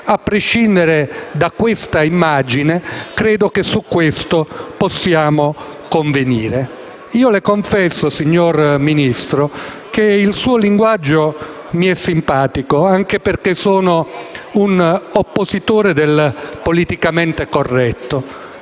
A prescindere da tali immagini, credo che su questo possiamo convenire. Io le confesso, signor Ministro, che il suo linguaggio mi è simpatico, anche perché sono un oppositore del politicamente corretto.